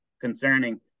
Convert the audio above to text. concerning